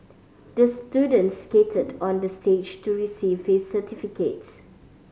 the students skated on the stage to receive his certificates